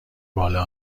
بالا